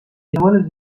احتمال